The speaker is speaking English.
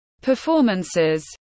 performances